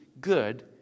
good